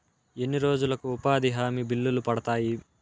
ఎన్ని రోజులకు ఉపాధి హామీ బిల్లులు పడతాయి?